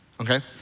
okay